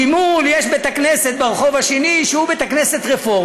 ממול יש בית-כנסת, ברחוב השני, שהוא רפורמי,